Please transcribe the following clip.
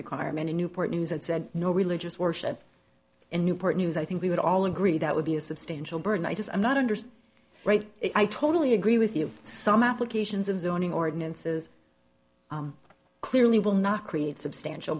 requirement in newport news and said no religious worship in newport news i think we would all agree that would be a substantial burden i just i'm not understood right i totally agree with you some applications of zoning ordinances clearly will not create substantial